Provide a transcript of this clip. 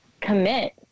commit